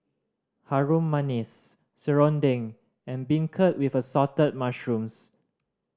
Harum Manis serunding and beancurd with Assorted Mushrooms